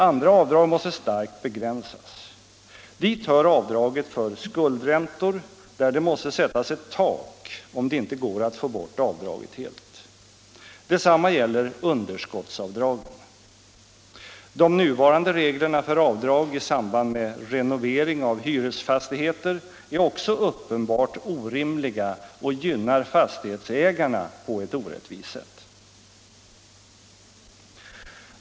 Andra avdrag måste starkt begränsas. Dit hör avdraget för skuldräntor, där det måste sättas ett tak om det inte går att få bort avdraget helt. Detsamma gäller underskottsavdragen. De nuvarande reglerna för avdrag i samband med renovering av hyresfastigheter är också uppenbart orimliga och gynnar fastighetsägarna på ett orättvist sätt.